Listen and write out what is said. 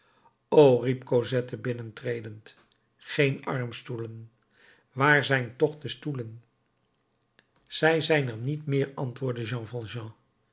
o riep cosette binnentredend geen armstoelen waar zijn toch de stoelen zij zijn er niet meer antwoordde jean